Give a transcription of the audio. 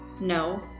No